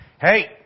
Hey